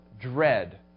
dread